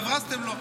והברזתם לו.